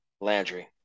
Landry